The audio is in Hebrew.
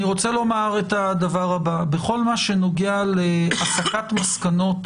בכל הנוגע להסקת מסקנות